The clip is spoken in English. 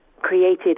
created